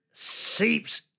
seeps